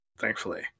thankfully